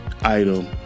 item